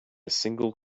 single